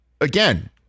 again